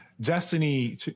Destiny